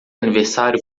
aniversário